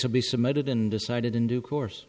will be submitted and decided in due course